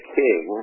king